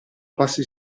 passi